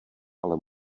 ale